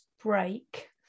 break